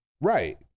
Right